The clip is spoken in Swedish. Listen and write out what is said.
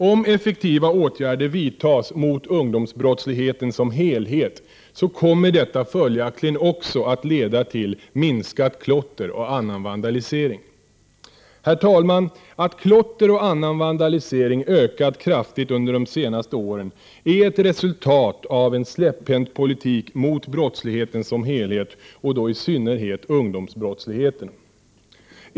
Om effektiva åtgärder vidtas mot ungdomsbrottsligheten som helhet, kommer detta följaktligen också att leda till en minskning av klottret och annan vandalisering. Herr talman! Att klotter och annan vandalisering ökat kraftigt under de senaste åren är ett resultat av en släpphänt politik mot brottsligheten som helhet och då i synnerhet ungdomsbrottsligheten.